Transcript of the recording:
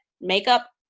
makeup